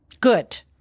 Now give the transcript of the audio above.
Good